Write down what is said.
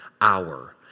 hour